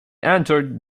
entered